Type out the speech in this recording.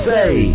Say